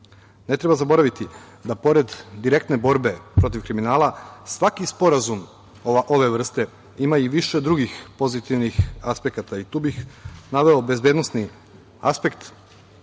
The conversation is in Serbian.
treba zaboraviti da, pored direktne borbe protiv kriminala, svaki sporazum ove vrste ima i više drugih pozitivnih aspekata i tu bih naveo bezbednosni aspekt.